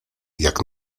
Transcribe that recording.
jak